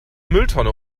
mülltonne